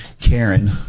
Karen